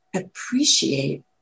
appreciate